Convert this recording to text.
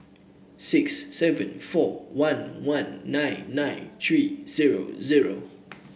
six seven four one one nine nine three zero zero